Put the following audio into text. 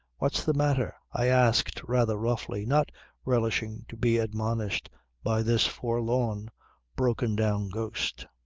what's the matter? i asked rather roughly, not relishing to be admonished by this forlorn broken-down ghost.